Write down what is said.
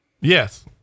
Yes